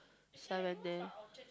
summon there